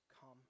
come